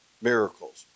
miracles